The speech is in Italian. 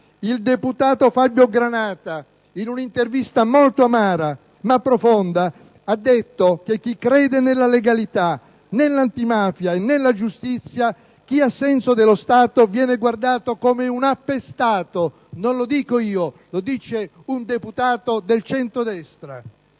il deputato Fabio Granata, in un'intervista molto amara ma profonda, ha detto che chi crede nella legalità, nell'antimafia e nella giustizia, chi ha senso dello Stato viene guardato come un appestato. Non lo dico io, ma un deputato del centrodestra.*(Commenti